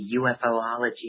ufology